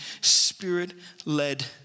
spirit-led